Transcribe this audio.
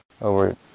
over